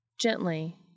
gently